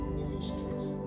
ministries